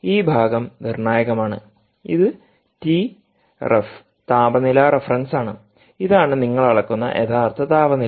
ഈ ഭാഗം നിർണ്ണായകമാണ് ഇത് TREF താപനില റഫറൻസാണ് ഇതാണ് നിങ്ങൾ അളക്കുന്ന യഥാർത്ഥ താപനില